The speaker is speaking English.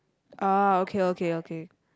oh okay okay okay